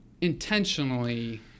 intentionally